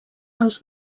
als